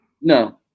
no